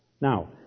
Now